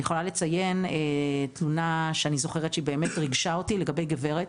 אני יכולה לציין תלונה שאני זוכרת שהיא באמת ריגשה אתי לגבי גברת